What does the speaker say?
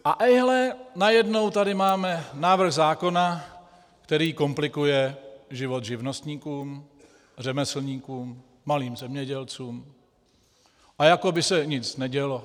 A ejhle, najednou tady máme návrh zákona, který komplikuje život živnostníkům, řemeslníkům, malým zemědělcům a jako by se nic nedělo.